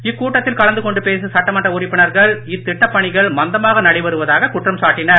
இக்கூட்டத்தில் கலந்து கொண்டு பேசிய சட்டமன்ற உறுப்பினர்கள் இத்திட்டப் பணிகள் மந்தமாக நடைபெறுவதாக குற்றம் சாட்டினார்கள்